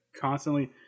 constantly